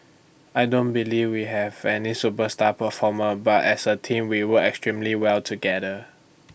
I don't believe we have any superstar performer but as A team we work extremely well together